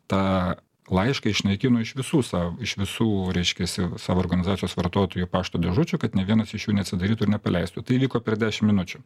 tą laišką išnaikino iš visų sav iš visų reiškiasi savo organizacijos vartotojų pašto dėžučių kad nė vienas iš jų neatsidarytų ir nepaleistų tai įvyko per dešim minučių